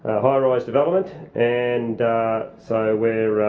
high rise development. and so we're